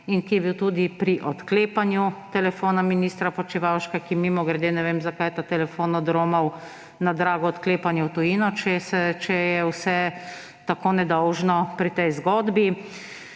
in ki je bil tudi pri odklepanju telefona ministra Počivalška. Mimogrede, ne vem, zakaj je ta telefon odromal na drago odklepanje v tujino, če je vse tako nedolžno pri tej zgodbi.